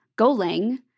Golang